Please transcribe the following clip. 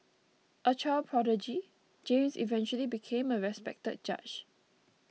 a child prodigy James eventually became a respected judge